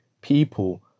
people